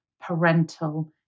parental